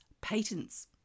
Patents